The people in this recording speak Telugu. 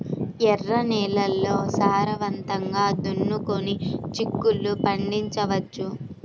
ఎర్ర నేలల్లో సారవంతంగా దున్నుకొని చిక్కుళ్ళు పండించవచ్చు